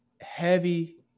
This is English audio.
heavy